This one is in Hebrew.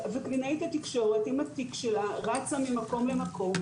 וקלינאית התקשורת עם התיק שלה רצה ממקום למקום,